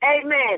Amen